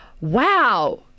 wow